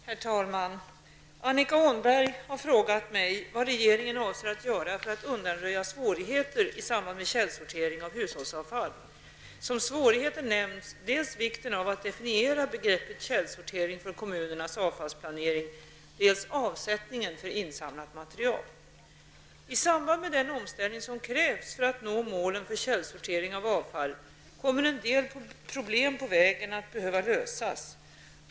Herr talman! Annika Åhnberg har frågat mig vad regeringen avser att göra för att undanröja svårigheter i samband med källsortering av hushållsavfall. Som svårigheter nämns dels vikten av att definiera begreppet källsortering för kommunernas avfallsplanering, dels avsättningen för insamlat material. I samband med den omställning som krävs för att nå målen för källsortering av avfall kommer en del problem på vägen att behöva lösas.